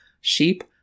sheep